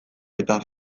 eta